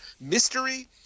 mystery